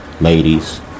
ladies